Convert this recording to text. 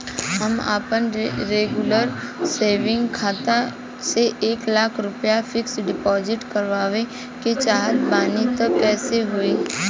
हम आपन regular saving खाता से एक लाख रुपया फिक्स डिपॉज़िट करवावे के चाहत बानी त कैसे होई?